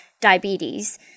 diabetes